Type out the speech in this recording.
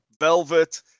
Velvet